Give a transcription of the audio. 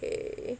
K